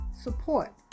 support